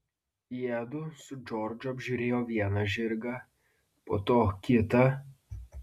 jiedu su džordžu apžiūrėjo vieną žirgą po to kitą